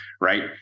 right